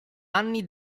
anni